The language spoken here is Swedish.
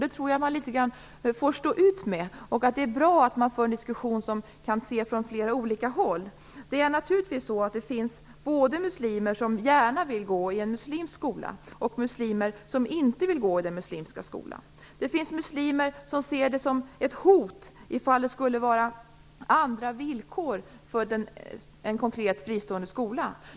Det tror jag att man får stå ut med. Det är bra att man för en diskussion som kan belysa frågan från flera olika håll. Naturligtvis finns det både muslimer som gärna vill gå i en muslimsk skola och muslimer som inte vill gå i den muslimska skolan. Det finns muslimer som ser det som ett hot om det är andra villkor som gäller för en konkret fristående skola.